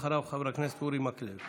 אחריו, חבר הכנסת אורי מקלב.